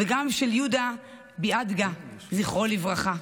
וגם של יהודה ביאדגה, זכרו לברכה,